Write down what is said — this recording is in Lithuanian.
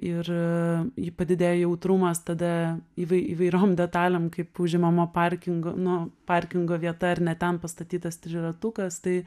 ir ji padidėja jautrumas tada įvai įvairiom detalėm kaip užimamo parkingo nu parkingo vieta ar ne ten pastatytas triratukas tai